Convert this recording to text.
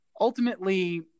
Ultimately